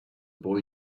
boy